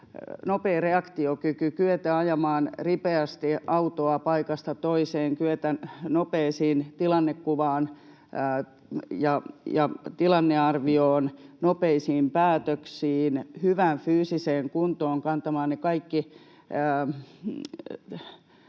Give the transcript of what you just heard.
nopea reaktiokyky ja kyetä ajamaan ripeästi autoa paikasta toiseen, kyetä nopeaan tilannekuvaan ja tilannearvioon, nopeisiin päätöksiin, hyvään fyysiseen kuntoon, kantamaan ne kaikki